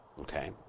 Okay